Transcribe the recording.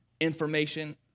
information